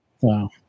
Wow